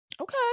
Okay